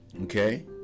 Okay